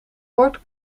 bord